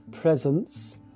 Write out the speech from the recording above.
presence